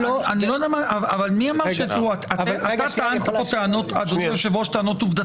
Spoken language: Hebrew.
אדוני היושב-ראש, אתה טענת פה טענות עובדתיות.